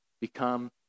become